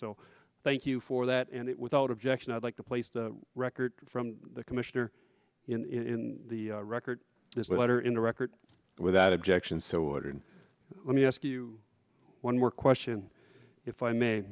so thank you for that and it without objection i'd like to place the record from the commissioner in the record this letter in the record without objection so ordered let me ask you one more question if i may